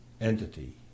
Entity